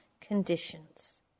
conditions